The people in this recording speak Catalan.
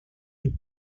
que